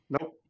Nope